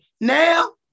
Now